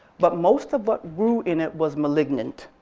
but most of what grew in it was malignant.